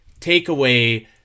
takeaway